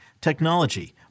technology